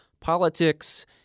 politics